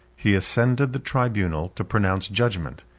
he ascended the tribunal to pronounce judgment,